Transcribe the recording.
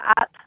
up